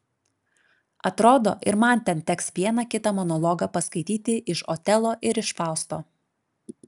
atrodo ir man ten teks vieną kitą monologą paskaityti iš otelo ir iš fausto